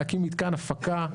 להקים מתקן הפקה,